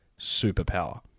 superpower